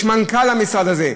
יש מנכ"ל למשרד הזה.